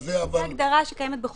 זו ההגדרה שקיימת בחוק חתימה אלקטרונית.